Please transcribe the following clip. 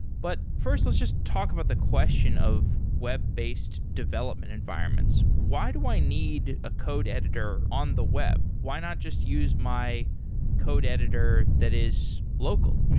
but first, let's just talk about the question of web-based development environments. why do i need a code editor on the web? why not just use my code editor that is local?